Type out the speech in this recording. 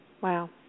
Wow